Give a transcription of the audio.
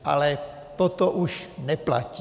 Ale toto už neplatí.